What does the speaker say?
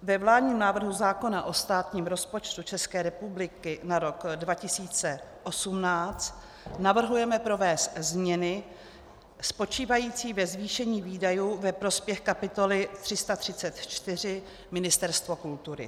Ve vládním návrhu zákona o státním rozpočtu České republiky na rok 2018 navrhujeme provést změny spočívající ve zvýšení výdajů ve prospěch kapitoly 334 Ministerstvo kultury.